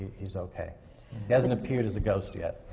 he's okay. he hasn't appeared as a ghost yet.